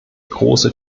große